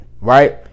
right